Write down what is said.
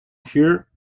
here